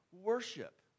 worship